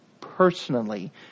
personally